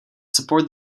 support